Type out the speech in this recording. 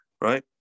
right